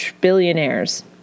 billionaires